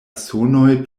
sonoj